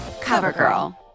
CoverGirl